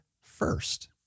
first